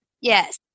Yes